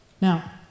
Now